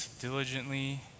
diligently